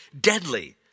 deadly